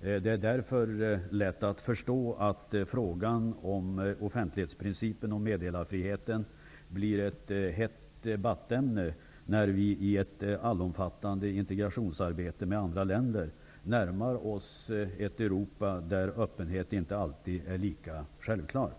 Det är därför lätt att förstå att frågan om offentlighetsprincipen och meddelarfriheten blir ett hett debattämne när vi i ett allomfattande integrationsarbete med andra länder närmar oss ett Europa där öppenhet inte alltid är lika självklar.